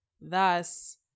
Thus